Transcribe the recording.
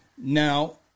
Now